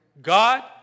God